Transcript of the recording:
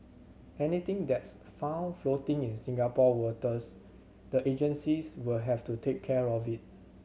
anything that's found floating in Singapore waters the agencies will have to take care of it